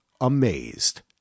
amazed